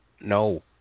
no